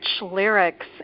lyrics